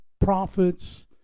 prophets